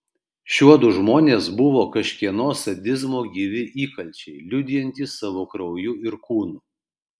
šiuodu žmonės buvo kažkieno sadizmo gyvi įkalčiai liudijantys savo krauju ir kūnu